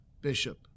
bishop